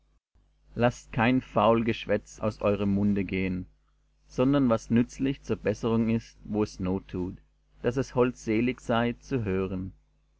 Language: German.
lasset kein faul geschwätz aus eurem munde gehen sondern was nützlich zur besserung ist wo es not tut daß es holdselig sei zu hören